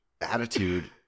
attitude